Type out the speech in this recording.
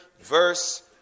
verse